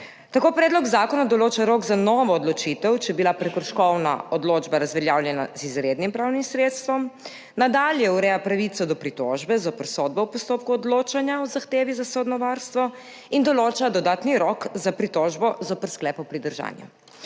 Tako predlog zakona določa rok za novo odločitev, če je bila prekrškovna odločba razveljavljena z izrednim pravnim sredstvom, nadalje ureja pravico do pritožbe zoper sodbo v postopku odločanja o zahtevi za sodno varstvo in določa dodatni rok za pritožbo zoper sklep o pridržanju.